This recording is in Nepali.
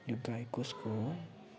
यो गाई कसको हो